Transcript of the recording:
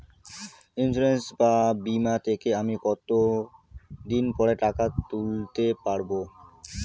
Insurance বা বিমা থেকে আমি কত দিন পরে টাকা তুলতে পারব?